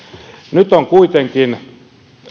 nyt on kuitenkin